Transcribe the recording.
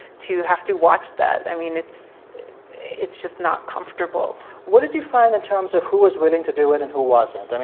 to have to watch that. i mean, it's it's just not comfortable what did you find in terms of who was willing to do it and who wasn't? i mean,